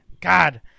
God